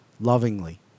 lovingly